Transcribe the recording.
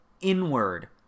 inward